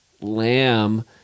lamb